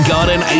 Garden